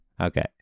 okay